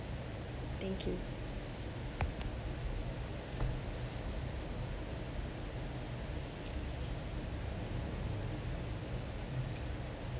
thank you